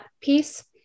piece